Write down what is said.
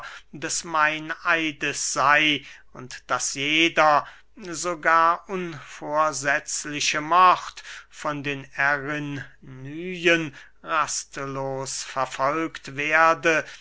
des meineides sey und daß jeder sogar unvorsetzliche mord von den erinnyen rastlos verfolgt werde